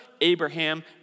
Abraham